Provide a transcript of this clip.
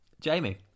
Jamie